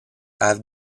have